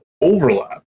overlap